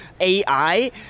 AI